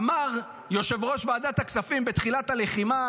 אמר יושב-ראש ועדת הכספים בתחילת הלחימה,